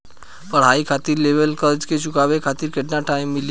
पढ़ाई खातिर लेवल कर्जा के चुकावे खातिर केतना टाइम मिली?